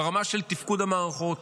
ברמה של תפקוד המערכות,